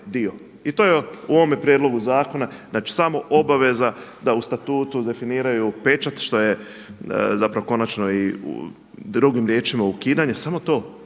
I to je u ovome prijedlogu zakona, znači samo obaveza da u statutu definiraju pečat što je, zapravo konačno i, drugim riječima ukidanje, samo to